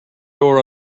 door